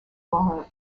barr